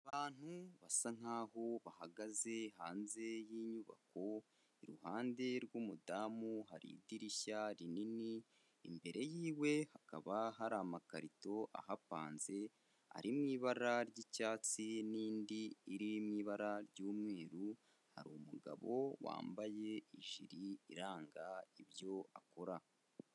Abantu basa nk'aho bahagaze hanze y'inyubako, iruhande rw'umudamu hari idirishya rinini, imbere yiwe hakaba hari amakarito ahapanze, ari mu ibara ry'icyatsi n'indi iri mu ibara ry'umweru, hari umugabo wambaye ijiri iranga ibyo akora.